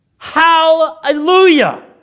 hallelujah